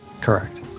Correct